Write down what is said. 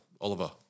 Oliver